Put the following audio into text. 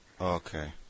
Okay